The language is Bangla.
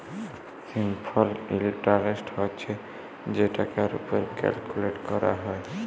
সিম্পল ইলটারেস্ট হছে যে টাকার উপর ক্যালকুলেট ক্যরা হ্যয়